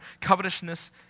covetousness